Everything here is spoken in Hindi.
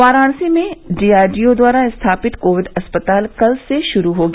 वाराणसी में डीआरडीओ द्वारा स्थापित कोविड अस्पताल कल से शुरू हो गया